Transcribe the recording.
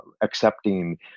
accepting